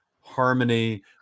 harmony